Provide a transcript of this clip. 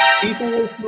people